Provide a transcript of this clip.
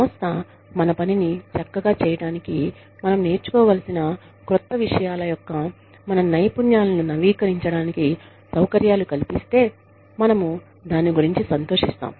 సంస్థ మన పనిని చక్కగా చేయటానికి మనం నేర్చుకోవలసిన క్రొత్త విషయాల యొక్క మన నైపుణ్యాలను నవీకరించడానికి సౌకర్యాలు కల్పిస్తే మనము దాని గురించి సంతోషిస్తాం